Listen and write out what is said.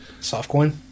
Softcoin